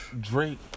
Drake